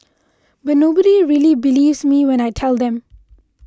but nobody really believes me when I tell them